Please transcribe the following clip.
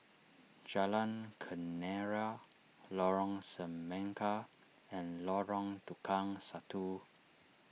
Jalan Kenarah Lorong Semangka and Lorong Tukang Satu